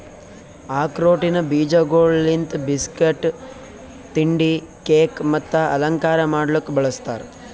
ಆಕ್ರೋಟಿನ ಬೀಜಗೊಳ್ ಲಿಂತ್ ಬಿಸ್ಕಟ್, ತಿಂಡಿ, ಕೇಕ್ ಮತ್ತ ಅಲಂಕಾರ ಮಾಡ್ಲುಕ್ ಬಳ್ಸತಾರ್